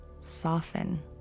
soften